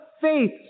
faith